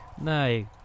no